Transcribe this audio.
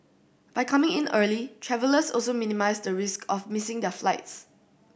by coming in early travellers also minimise the risk of missing their flights